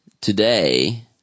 today